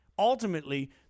Ultimately